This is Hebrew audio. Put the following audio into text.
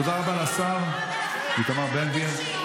תודה רבה לשר איתמר בן גביר.